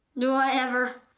do i ever!